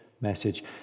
message